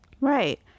Right